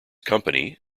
company